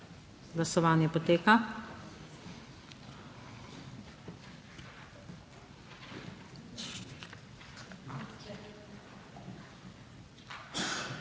Glasovanje poteka.